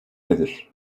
nedir